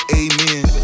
amen